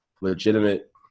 legitimate